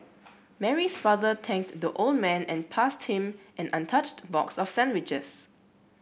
Mary's father tanked the old man and passed him an untouched box of sandwiches